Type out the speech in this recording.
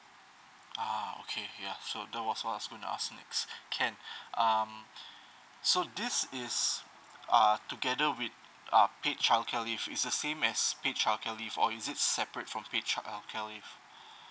ah okay okay yeah that was what's I gonna ask next can um so this is uh together with uh paid childcare leave is the same as paid childcare leave or is it separate from paid childcare leave